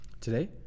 Today